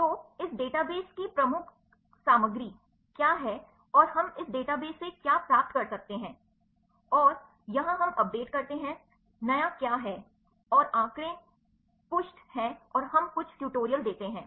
तो इस डेटाबेस की प्रमुख सामग्री क्या है और हम इस डेटाबेस से क्या प्राप्त कर सकते हैं और यहाँ हम अपडेट करते हैं नया क्या है और आँकड़े पृष्ठ हैं और हम कुछ ट्यूटोरियल देते हैं